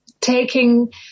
taking